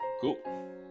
Cool